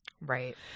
Right